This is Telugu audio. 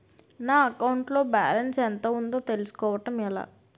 నా అకౌంట్ లో బాలన్స్ ఎంత ఉందో తెలుసుకోవటం ఎలా?